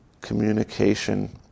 communication